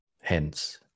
Hence